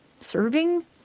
serving